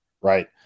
right